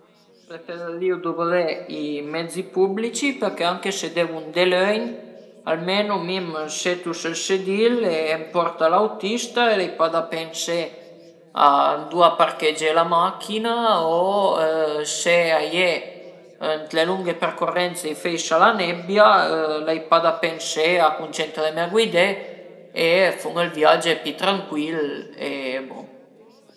Preferirìu duvré i mezzi pubblici perché anche se devu andé lögn almenu mi m'setu sül sedil e a m'porta l'autista e ai pa da pensé a ëndua parchegé la machin-a o se a ie ën le lunghe percorrenze a i föisa la nebbia l'ai pa da pensé a cuncentreme a guidé e fun ël viage pi trancuil e bon